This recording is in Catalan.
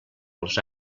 als